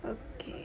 okay